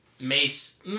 Mace